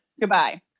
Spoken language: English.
Goodbye